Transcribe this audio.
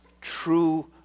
true